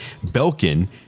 Belkin